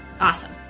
Awesome